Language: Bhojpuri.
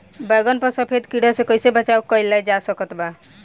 बैगन पर सफेद कीड़ा से कैसे बचाव कैल जा सकत बा?